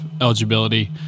eligibility